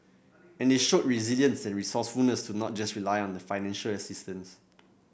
and they show resilience and resourcefulness to not just rely on the financial assistance